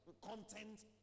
content